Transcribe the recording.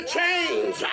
change